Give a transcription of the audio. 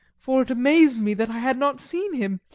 for it amazed me that i had not seen him,